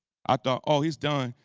i thought, oh, he's done.